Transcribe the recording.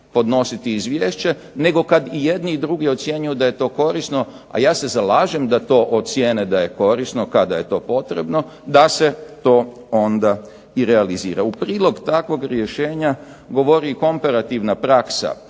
podnositi izvješće nego kad i jedni i drugi ocjenjuju da je to korisno, a ja se zalažem da to ocijene da je korisno kada je to potrebno, da se to onda i realizira. U prilog takvog rješenja govori i komparativna praksa